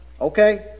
okay